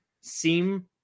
seem